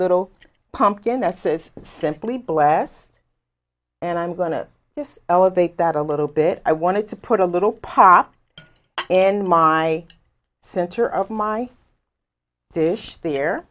little pumpkin that says simply blessed and i'm going to this elevate that a little bit i wanted to put a little pop in my center of my dish